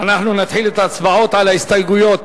אנחנו נתחיל את ההצבעות על ההסתייגויות.